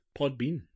Podbean